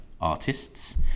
artists